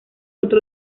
otro